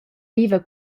viva